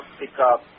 pickup